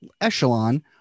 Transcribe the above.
echelon